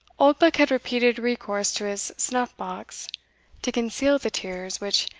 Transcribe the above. oldbuck had repeated recourse to his snuff-box to conceal the tears which,